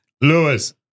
Lewis